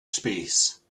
space